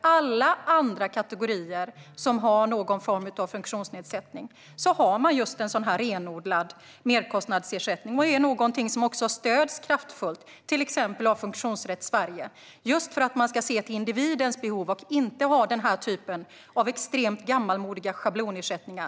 Alla andra kategorier som har någon form av funktionsnedsättning har redan i dag en sådan renodlad merkostnadsersättning. Detta är någonting som också stöds kraftfullt av till exempel Funktionsrätt Sverige, just för att man ska se till individens behov och inte ha denna typ av extremt gammalmodiga schablonersättningar.